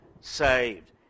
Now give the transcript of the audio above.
saved